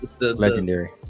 legendary